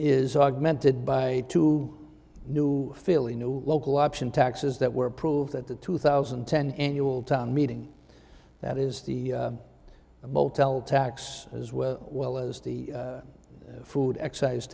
is augmented by two new philly new local option taxes that were approved at the two thousand and ten annual town meeting that is the motel tax as well well as the food excise